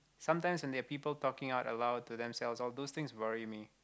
sometimes when there're people talking out aloud to themselves all those things worry me